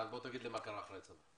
דן, בוא תגיד לי מה קרה אחרי הצבא.